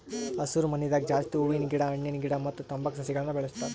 ಹಸರಮನಿದಾಗ ಜಾಸ್ತಿ ಹೂವಿನ ಗಿಡ ಹಣ್ಣಿನ ಗಿಡ ಮತ್ತ್ ತಂಬಾಕ್ ಸಸಿಗಳನ್ನ್ ಬೆಳಸ್ತಾರ್